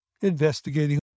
investigating